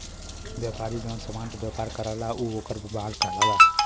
व्यापारी जौन समान क व्यापार करला उ वोकर माल कहलाला